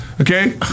Okay